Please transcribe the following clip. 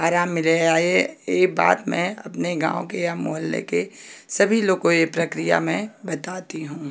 आराम मिले ये बाद में अपने गाँव के या मोहल्ले के सभी लोगों को ये प्रक्रिया मैं बताती हूँ